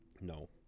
No